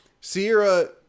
Sierra